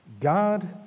God